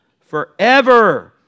forever